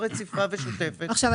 והבעיה שזה לא דבר רגיל --- לא,